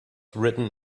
written